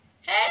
Hey